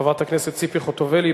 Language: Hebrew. חברת הכנסת ציפי חוטובלי.